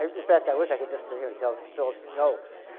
in fact, i wish i could just sit here and tell philip's jokes,